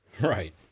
Right